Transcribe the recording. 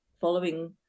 following